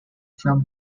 from